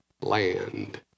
land